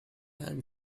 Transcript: and